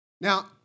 Now